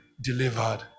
delivered